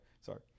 sorry